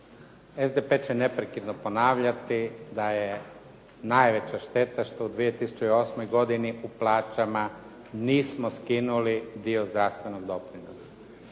SDP će neprekidno ponavljati da je najveća šteta što u 2008. godini u plaćama nismo skinuli dio zdravstvenog doprinosa